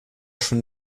schon